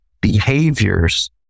behaviors